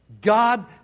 God